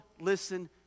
listen